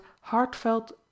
heartfelt